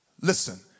Listen